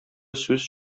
сүз